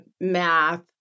math